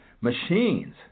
machines